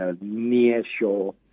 near-shore